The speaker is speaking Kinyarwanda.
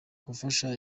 gufasha